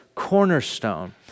cornerstone